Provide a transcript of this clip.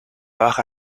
baja